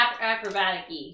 acrobatic-y